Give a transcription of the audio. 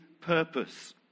purpose